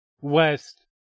west